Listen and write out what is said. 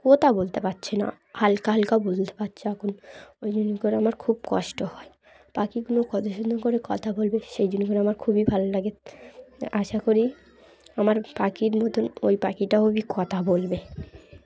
কথা বলতে পারছে না হালকা হালকা বলতে পারছে এখন ওই জন্য করে আমার খুব কষ্ট হয় পাখিগুলো কত সুন্দর করে কথা বলবে সেই জন্য করে আমার খুবই ভালো লাগে আশা করি আমার পাখির মতন ওই পাখিটাও কথা বলবে